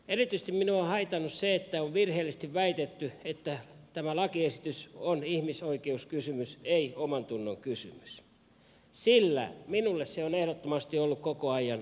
erityisesti minua on haitannut se että on virheellisesti väitetty että tämä lakiesitys on ihmisoi keuskysymys ei omantunnonkysymys sillä minulle se on ehdottomasti ollut koko ajan omantunnonkysymys